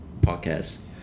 Podcast